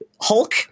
hulk